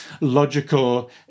logical